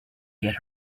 get